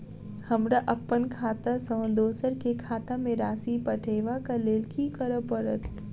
हमरा अप्पन खाता सँ दोसर केँ खाता मे राशि पठेवाक लेल की करऽ पड़त?